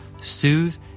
Soothe